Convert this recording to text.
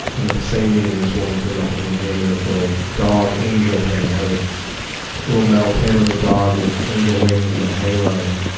and at the same meeting, this woman came up to me and gave me this little dog angel pin. it and had a little metal pin with a dog with angel wings and a halo. and